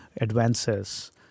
advances